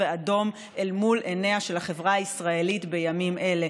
ואדום אל מול עיניה של החברה הישראלית בימים אלה.